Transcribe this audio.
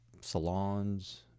salons